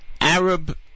Arab